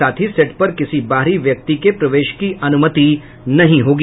साथ ही सेट पर किसी बाहरी व्यक्ति के प्रवेश की अनुमति नहीं होगी